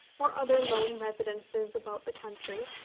or other lone residences about the country,